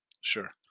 Sure